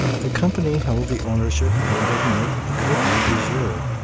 the company held the ownership and government of the country de jure.